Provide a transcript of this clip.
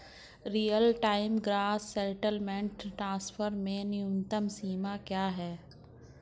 Real time gross settlement transfer में न्यूनतम सीमा क्या है?